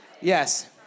yes